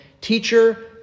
teacher